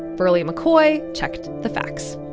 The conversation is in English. berly mccoy checked the facts.